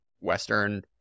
Western